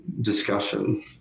discussion